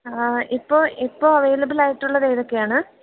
ഇപ്പോൾ ഇപ്പോൾ അവൈലബിള് ആയിട്ടുള്ളത് ഏതൊക്കെയാണ്